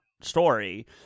story